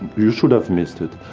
you should have missed it.